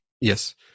Yes